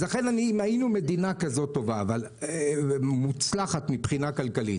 אז אם היינו מדינה כזאת טובה ומוצלחת מבחינה כלכלית